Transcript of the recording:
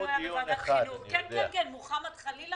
מוחמד חלילה